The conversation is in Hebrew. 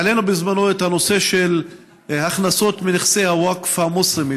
העלינו בזמנו את הנושא של ההכנסות מנכסי הווקף המוסלמי,